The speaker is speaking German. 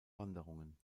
wanderungen